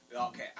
Okay